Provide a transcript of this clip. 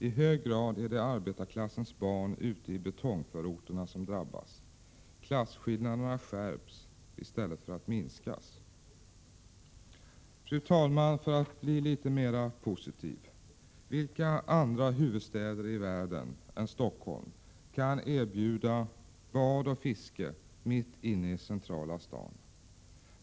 I hög grad är det arbetarklassens barn ute i betongförorterna som drabbas. Klasskillnaderna skärps i stället för att minskas. Fru talman! För att bli litet mer positiv: Vilka andra huvudstäder i världen än Stockholm kan erbjuda bad och fiske mitt inne i centrala staden?